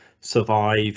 survive